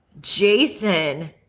Jason